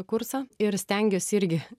kursą ir stengiuos irgi